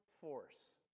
force